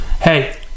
hey